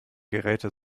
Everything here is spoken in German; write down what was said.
geräte